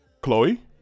Chloe